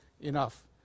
enough